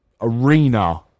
arena